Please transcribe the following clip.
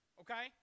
okay